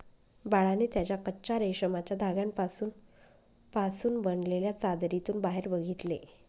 बाळाने त्याच्या कच्चा रेशमाच्या धाग्यांपासून पासून बनलेल्या चादरीतून बाहेर बघितले